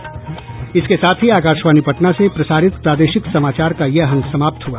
इसके साथ ही आकाशवाणी पटना से प्रसारित प्रादेशिक समाचार का ये अंक समाप्त हुआ